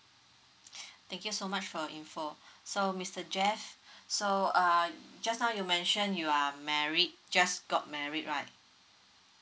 thank you so much for your info so mister jeff so uh just now you mentioned you are married just got married right